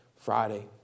Friday